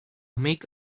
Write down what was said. make